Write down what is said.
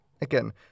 Again